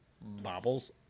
Bobbles